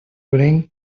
evening